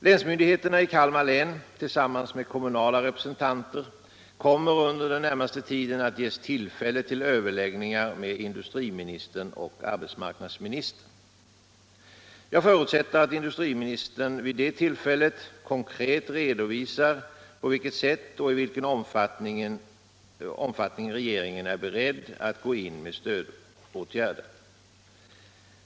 Länsmyndigheterna i Kalmar län tillsammans med kommunala representanter kommer under den närmaste tiden att ges tillfälle till överläggningar med industriministern och arbetsmarknadsministern. Jag förutsätter att industriministern vid det tillfället konkret redovisar på vilket sätt och i vilken omfattning regeringen är beredd att gå in med stödåtgärder.